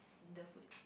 the food